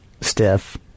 stiff